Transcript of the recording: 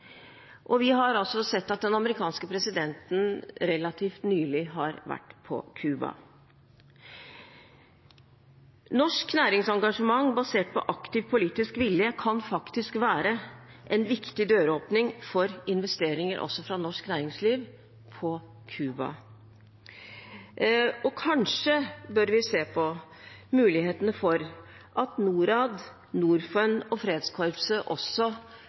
og vi har altså sett at den amerikanske presidenten relativt nylig har vært der. Norsk næringsengasjement basert på aktiv politisk vilje kan faktisk være en viktig døråpner for investeringer, også fra norsk næringsliv, på Cuba. Kanskje bør vi se på mulighetene for at Norad, Norfund og Fredskorpset også